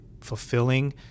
fulfilling